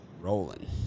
Rolling